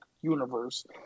universe